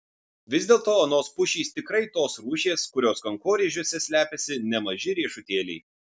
vis dėlto anos pušys tikrai tos rūšies kurios kankorėžiuose slepiasi nemaži riešutėliai